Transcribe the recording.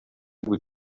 بود